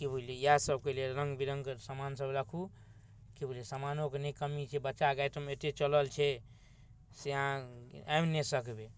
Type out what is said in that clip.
कि बुझलिए इएहसबके लेल रङ्गबिरङ्गके समानसब राखू कि बुझलिए समानोके नहि कमी छै बच्चाके आइटम एतेक चलल छै से अहाँ आनि नहि सकबै